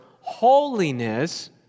holiness